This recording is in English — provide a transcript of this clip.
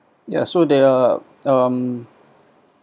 ya so there are um